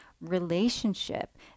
relationship